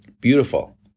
Beautiful